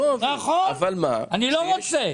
נכון, אני לא רוצה.